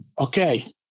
Okay